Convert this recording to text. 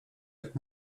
jak